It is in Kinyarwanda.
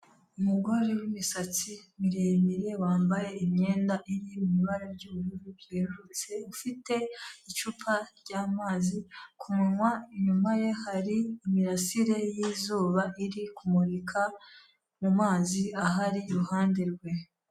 Umugore w'imisatsi miremire wambaye imyenda iri mu ibara ry'ubururu bwererutse, ufite icupa ry'amazi ku muwa, inyuma ye hari imirasire y'izuba iri kumurika mu mazi aho ari iruhande rwe.